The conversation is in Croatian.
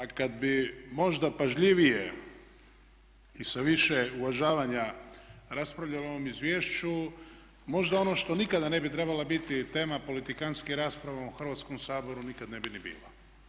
a kad bi možda pažljivije i sa više uvažavanja raspravljali o ovom izvješću možda ono što nikada ne bi trebala biti tema politikantskih rasprava u ovom Hrvatskom saboru nikad ne bi ni bilo.